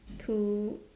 two